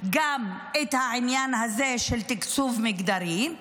גם את העניין הזה של תקצוב מגדרי,